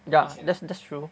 ya that's that's that's true